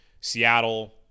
Seattle